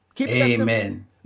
Amen